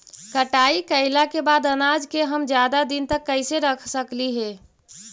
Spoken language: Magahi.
कटाई कैला के बाद अनाज के हम ज्यादा दिन तक कैसे रख सकली हे?